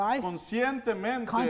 conscientemente